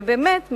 ובאמת,